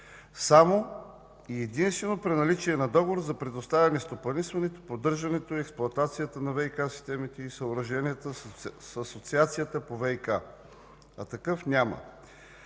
само и единствено при наличие на договор за предоставяне стопанисването, поддържането и експлоатацията на ВиК системите и съоръженията с Асоциацията по ВиК, а такъв няма.